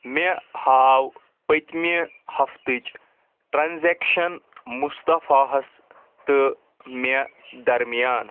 مےٚ ہاو پٔتمہِ ہفتٕچ ٹرانزیکشن مُصطفیٰ ہَس تہٕ مےٚ درمیان